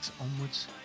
onwards